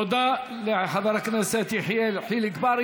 תודה לחבר הכנסת יחיאל חיליק בר.